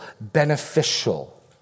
beneficial